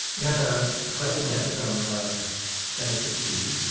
we have a ah question here from genesis be.